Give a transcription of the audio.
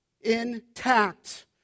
intact